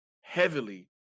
heavily